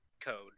code